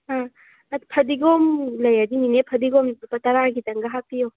ꯑ ꯐꯗꯤꯒꯣꯝ ꯂꯩꯔꯗꯤ ꯅꯦꯅꯦ ꯐꯗꯤꯒꯣꯝ ꯂꯨꯄꯥ ꯇꯔꯥꯒꯤꯗꯪꯒ ꯍꯥꯄꯤꯌꯣ